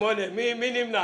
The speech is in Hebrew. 8 נמנעים,